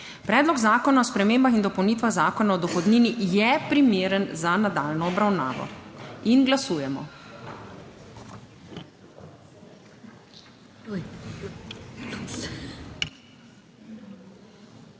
Predlog zakona o spremembah in dopolnitvah Zakona o dohodnini je primeren za nadaljnjo obravnavo. Glasujemo.